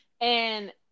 and-